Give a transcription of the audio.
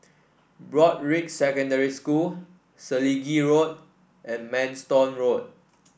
Broadrick Secondary School Selegie Road and Manston Road